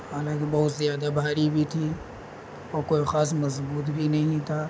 حالانکہ بہت زیادہ بھاری بھی تھی اور کوئی خاص مضبوط بھی نہیں تھا